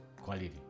quality